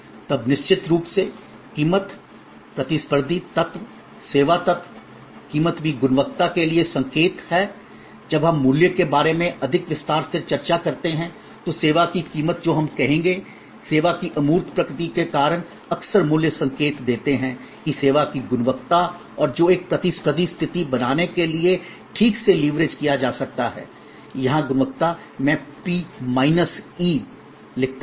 तब निश्चित रूप से कीमत प्रतिस्पर्धी तत्व सेवा तत्व कीमत भी गुणवत्ता के लिए संकेत है जब हम मूल्य के बारे में अधिक विस्तार से चर्चा करते हैं तो सेवा की कीमत जो हम कहेंगे सेवा की अमूर्त प्रकृति के कारण अक्सर मूल्य संकेत देते हैं कि सेवा की गुणवत्ता और जो एक प्रतिस्पर्धी स्थिति बनाने के लिए ठीक से लीवरेज किया जा सकता है यहां गुणवत्ता मैं पी माइनस ई लिखता हूं